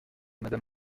madame